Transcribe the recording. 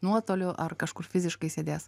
nuotoliniu ar kažkur fiziškai sėdės